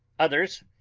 others,